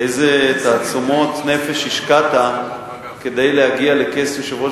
איזה תעצומות נפש השקעת כדי להגיע לכס יושב-ראש